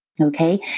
okay